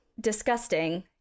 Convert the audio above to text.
Disgusting